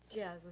yeah,